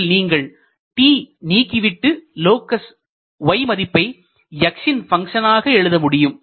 இதில் நீங்கள் t நீக்கிவிட்டு லோக்கஸ் y மதிப்பை x ன் ஃபங்ஷன் ஆக எழுத முடியும்